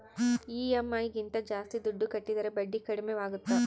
EMI ಗಿಂತ ಜಾಸ್ತಿ ದುಡ್ಡು ಕಟ್ಟಿದರೆ ಬಡ್ಡಿ ಕಡಿಮೆ ಆಗುತ್ತಾ?